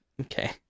Okay